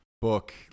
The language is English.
book